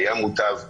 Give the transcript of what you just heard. היה מוטב בלעדיהם,